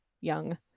young